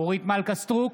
אורית מלכה סטרוק,